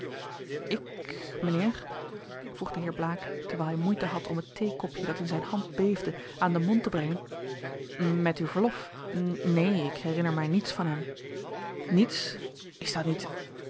ik mijnheer vroeg de heer blaek terwijl hij moeite had om het theekopje dat in zijn hand beefde aan den mond te brengen met uw verlof neen ik herinner mij niets van hem niets is dan niet